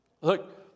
Look